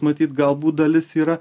matyt galbūt dalis yra